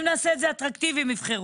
אם נעשה את זה אטרקטיבי הם יבחרו.